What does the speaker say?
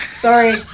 Sorry